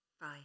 Bye